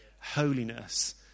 holiness